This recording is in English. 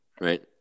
Right